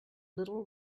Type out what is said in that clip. little